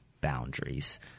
boundaries